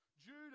judah